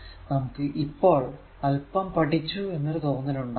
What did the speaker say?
നമുക്ക് ഇപ്പോൾ അല്പം പഠിച്ചു എന്നൊരു തോന്നൽ ഉണ്ടാകാം